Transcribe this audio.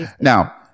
Now